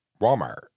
Walmart